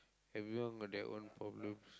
everyone got their own problems